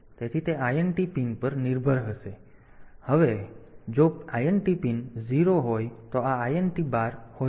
તેથી તે INT pin પર નિર્ભર રહેશે અને હવે જો INT પિન 0 હોય તો આ INT બાર હોય છે